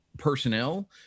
Personnel